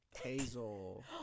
Hazel